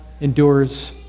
endures